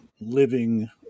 living